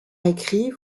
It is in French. écrit